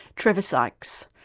trevor sykes,